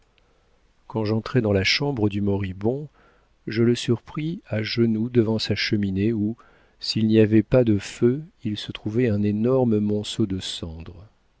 quand j'entrai dans la chambre du moribond je le surpris à genoux devant sa cheminée où s'il n'y avait pas de feu il se trouvait un énorme monceau de cendres